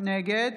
נגד